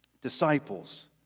disciples